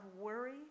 worry